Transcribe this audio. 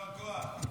יישר כוח.